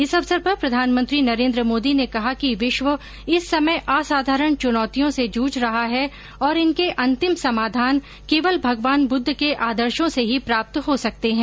इस अवसर पर प्रधानमंत्री नरेंद्र मोदी ने कहा कि विश्व इस समय असाधारण चुनौतियों से जूझ रहा है और इनके अंतिम समाधान केवल भगवान बुद्ध के आदर्शों से ही प्राप्त हो सकते हैं